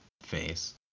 face